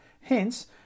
Hence